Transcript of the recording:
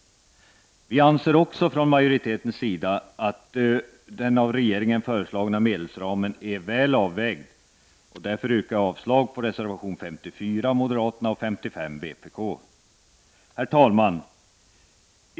Utskottsmajoriteten anser också att den av regeringen föreslagna medelsramen är väl avvägd, och därför yrkar jag avslag på reservation 54 från moderaterna och på reservation 55 från vpk. Herr talman!